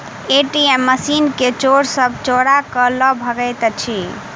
ATM machine के चोर सब चोरा क ल भगैत अछि